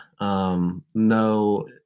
No –